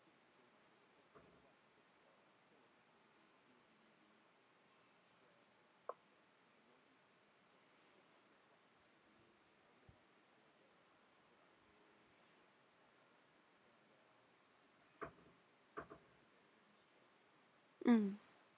mm